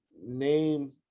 name